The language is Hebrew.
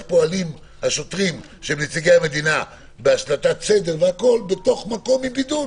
פועלים השוטרים שהם נציגי המדינה בהשלטת סדר בתוך מקום עם בידוד.